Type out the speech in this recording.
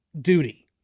duty